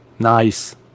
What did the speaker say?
Nice